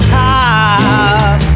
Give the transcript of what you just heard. top